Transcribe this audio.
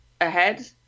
ahead